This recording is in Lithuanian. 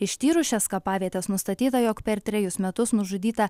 ištyrus šias kapavietes nustatyta jog per trejus metus nužudyta